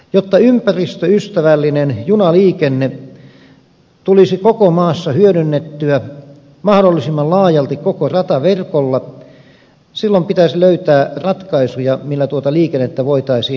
jotta ympäristöystävällinen junaliikenne tulisi koko maassa hyödynnettyä mahdollisimman laajalti koko rataverkolla pitäisi löytää ratkaisuja joilla tuota liikennettä voitaisiin edistää